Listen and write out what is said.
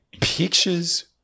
Pictures